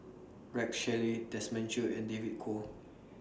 Rex Shelley Desmond Choo and David Kwo